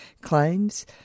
claims